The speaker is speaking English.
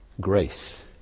Grace